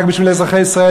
רק בשביל אזרחי ישראל,